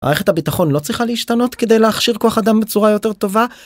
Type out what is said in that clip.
מערכת הביטחון לא צריכה להשתנות כדי להכשיר כוח אדם בצורה יותר טובה?